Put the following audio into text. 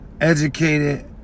educated